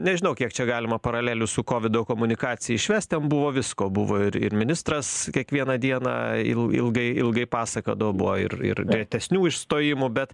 nežinau kiek čia galima paralelių su kovido komunikacija išvesti ten buvo visko buvo ir ir ministras kiekvieną dieną ilgai ilgai pasakodavo buvo ir ir retesnių išstojimų bet